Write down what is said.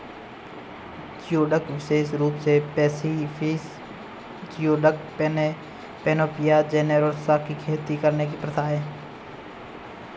geoduck विशेष रूप से पैसिफिक जियोडक, पैनोपिया जेनेरोसा की खेती करने की प्रथा है